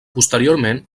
posteriorment